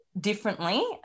differently